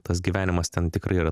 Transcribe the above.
tas gyvenimas ten tikrai yra